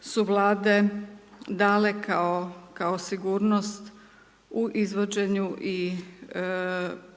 su vlade dale kao sigurnost u izvođenju i u